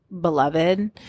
beloved